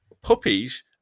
puppies